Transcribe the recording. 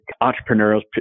entrepreneurs